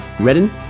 redden